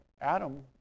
Adam